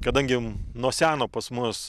kadangi nuo seno pas mus